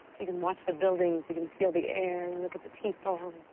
you can watch the buildings. you can feel the air and look at the people.